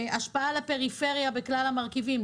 השפעה על הפריפריה בכלל המרכיבים,